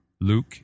Luke